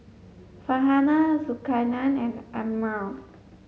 Farhanah Zulkarnain and Ammir